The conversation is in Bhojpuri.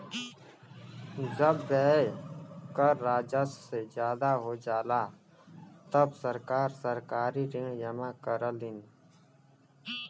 जब व्यय कर राजस्व से ज्यादा हो जाला तब सरकार सरकारी ऋण जमा करलीन